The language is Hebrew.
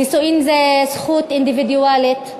נישואים זה זכות אינדיבידואלית.